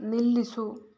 ನಿಲ್ಲಿಸು